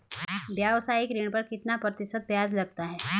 व्यावसायिक ऋण पर कितना प्रतिशत ब्याज लगता है?